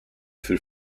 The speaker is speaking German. für